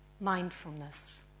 mindfulness